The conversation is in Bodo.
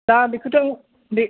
दा बेखौथ' आं बे